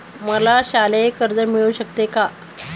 मला शालेय कर्ज मिळू शकते का?